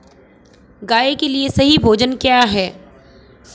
गाय के लिए सही भोजन क्या है?